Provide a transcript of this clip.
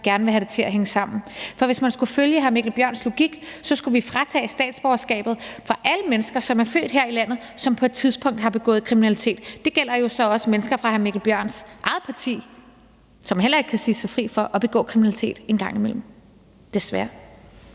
gerne vil have det til at hænge sammen. For hvis vi skulle følge hr. Mikkel Bjørns logik, skulle vi tage statsborgerskabet fra alle mennesker, som er født her i landet, og som på et tidspunkt har begået kriminalitet. Det gælder jo så også mennesker fra hr. Mikkel Bjørns eget parti, som heller ikke kan sige sig fri for at begå kriminalitet en gang imellem – desværre.